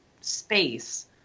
space